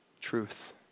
truth